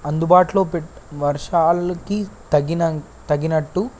అందుబాటులో పెట్ వర్షాలకి తగిన తగినట్టు